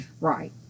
right